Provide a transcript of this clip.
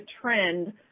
trend